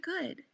good